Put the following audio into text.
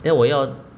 then 我要